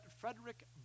Frederick